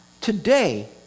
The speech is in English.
today